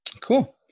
Cool